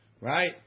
Right